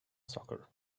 soccer